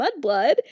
mudblood